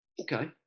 Okay